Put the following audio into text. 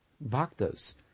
bhaktas